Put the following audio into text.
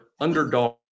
underdog